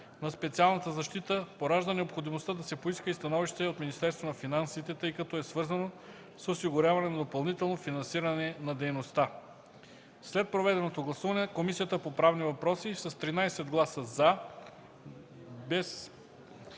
на специалната защита поражда необходимостта да се поиска и становище от Министерството на финансите, тъй като е свързано с осигуряване на допълнително финансиране на дейността. След проведено гласуване, Комисията по правни въпроси с 13 гласа „за”, без